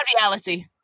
reality